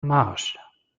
marsch